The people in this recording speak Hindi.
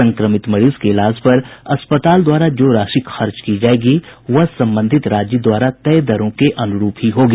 संक्रमित मरीज के इलाज पर अस्पताल द्वारा जो राशि खर्च की जाएगी वह संबंधित राज्य द्वारा तय दरों के अनुरूप ही होगी